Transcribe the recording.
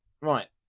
Right